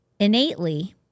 Innately